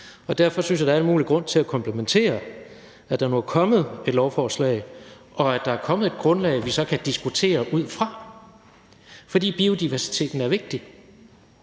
Og derfor synes jeg, at der er al mulig grund til at komplementere, at der nu er kommet et lovforslag, og at der er kommet et grundlag, vi så kan diskutere ud fra, fordi biodiversiteten er vigtig,